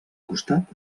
costat